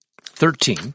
Thirteen